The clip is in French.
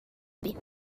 abbés